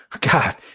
God